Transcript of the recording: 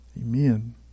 Amen